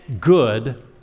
good